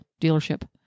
dealership